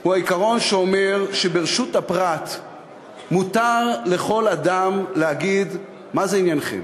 הוא העיקרון שאומר שברשות הפרט מותר לכל אדם להגיד: מה זה עניינכם?